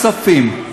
כספים.